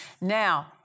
Now